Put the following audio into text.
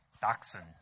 Dachshund